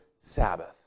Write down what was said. Sabbath